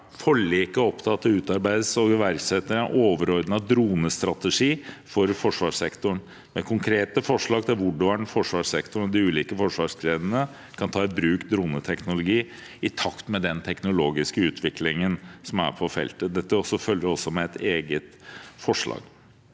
til av at det utarbeides og iverksettes en overordnet dronestrategi for forsvarssektoren, med konkrete forslag til hvordan forsvarssektoren og de ulike forsvarsgrenene kan ta i bruk droneteknologi i takt med den teknologiske utviklingen som er på feltet. Dette følges også opp med et eget forslag.